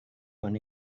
when